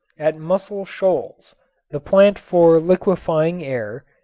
at muscle shoals the plant for liquefying air,